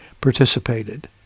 participated